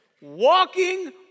Walking